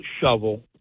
shovel